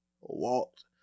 walked